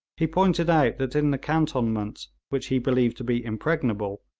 he pointed out that in the cantonments, which he believed to be impregnable,